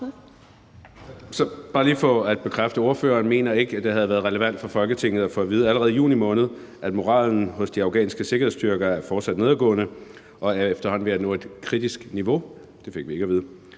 jeg bare lige have bekræftet, at ordføreren ikke mener, at det havde været relevant for Folketinget at få at vide allerede i juni måned, at moralen hos de afghanske sikkerhedsstyrker fortsat var for nedadgående og efterhånden var ved at nå et kritisk niveau – det fik vi ikke at vide